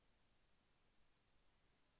గోదావరి రాగి అంటే ఏమిటి?